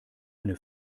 eine